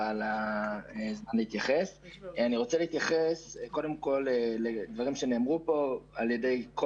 אני רוצה להתייחס לדברים שנאמרו פה על ידי כל